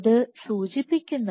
അത് സൂചിപ്പിക്കുന്നത്